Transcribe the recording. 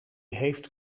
heeft